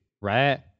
Right